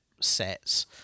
sets